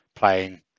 playing